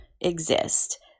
exist